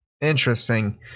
Interesting